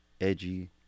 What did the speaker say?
edgy